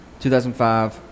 2005